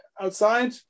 outside